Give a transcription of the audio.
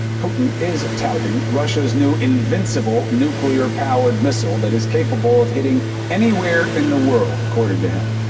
putin is touting russia's new invincible nuclear powered missile that is capable of hitting anywhere in the world, according to him.